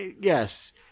yes